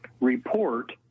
report